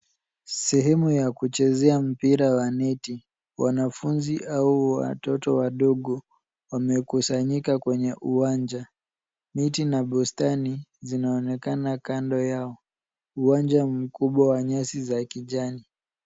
Sehemu ya kuchezea mpira wa neti. Wanafunzi au watoto wadogo wamekusanyika kwenye uwanja. Miti na bustani zinaonekana kando yao. Uwanja mkubwa wa nyasi za kijani.